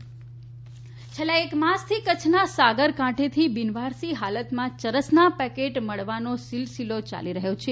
ચરસ છેલ્લાં એક માસથી કચ્છના સાગરકાંઠેથી બીનવારસી હાલતમાં ચરસના પેકેટ મળવાનો સિલસિલો યાલી રહ્યો છે